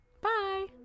bye